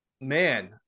Man